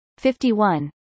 51